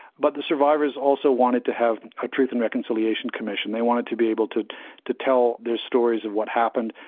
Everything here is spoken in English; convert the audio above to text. but the survivors also wanted to have a truth and reconciliation commission, they wanted to be able to to tell their stories of what happened,